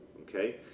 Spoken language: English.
okay